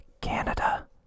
Canada